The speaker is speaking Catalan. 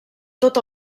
tot